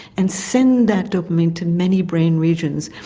and send that dopamine to many brain regions.